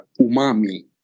umami